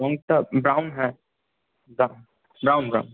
কোনটা ব্রাউন হ্যাঁ brown brown